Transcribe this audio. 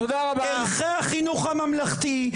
ערכי החינוך הממלכתי,